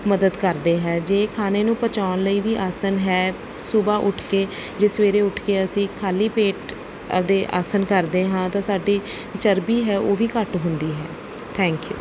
ਮੱਦਦ ਕਰਦੇ ਹੈ ਜੇ ਖਾਣੇ ਨੂੰ ਪਚਾਉਣ ਲਈ ਵੀ ਆਸਣ ਹੈ ਸੁਬਾਹ ਉੱਠ ਕੇ ਜੇ ਸਵੇਰੇ ਉੱਠ ਕੇ ਅਸੀਂ ਖਾਲੀ ਪੇਟ ਆਪਣੇ ਆਸਨ ਕਰਦੇ ਹਾਂ ਤਾਂ ਸਾਡੀ ਚਰਬੀ ਹੈ ਉਹ ਵੀ ਘੱਟ ਹੁੰਦੀ ਹੈ ਥੈਂਕ ਯੂ